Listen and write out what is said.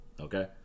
Okay